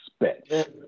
expect